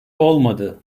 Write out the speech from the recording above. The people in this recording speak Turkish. olmadı